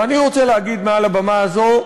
ואני רוצה להגיד מעל הבמה הזו: